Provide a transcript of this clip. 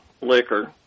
liquor